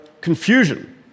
confusion